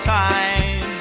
time